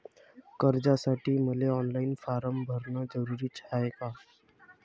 कर्जासाठी मले online form भरन जरुरीच हाय का?